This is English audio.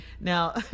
Now